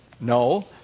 No